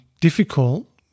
difficult